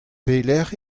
pelecʼh